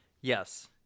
yes